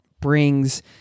brings